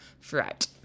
throughout